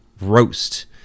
Roast